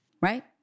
Right